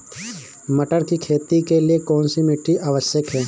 मटर की खेती के लिए कौन सी मिट्टी आवश्यक है?